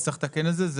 אז צריך לתקן את זה,